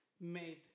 made